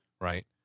right